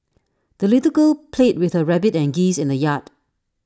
the little girl played with her rabbit and geese in the yard